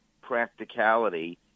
practicality